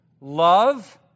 love